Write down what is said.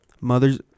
Mother's